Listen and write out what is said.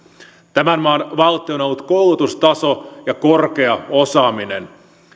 tämän maan valtti on ollut koulutustaso ja korkea osaaminen